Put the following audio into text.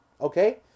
okay